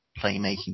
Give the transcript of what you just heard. playmaking